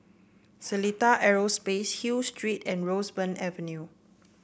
Seletar Aerospace Hill Street and Roseburn Avenue